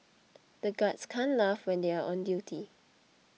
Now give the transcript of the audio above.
the guards can't laugh when they are on duty